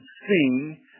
sing